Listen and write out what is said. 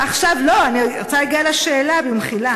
לא, אני רוצה להגיע לשאלה, במחילה.